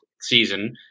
season